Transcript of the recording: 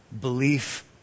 belief